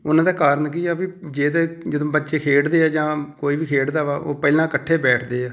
ਉਹਨਾਂ ਦਾ ਕਾਰਨ ਕੀ ਆ ਵੀ ਜੇ ਤਾਂ ਜਦੋਂ ਬੱਚੇ ਖੇਡਦੇ ਆ ਜਾਂ ਕੋਈ ਵੀ ਖੇਡਦਾ ਵਾ ਉਹ ਪਹਿਲਾਂ ਇਕੱਠੇ ਬੈਠਦੇ ਆ